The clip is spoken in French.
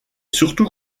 surtout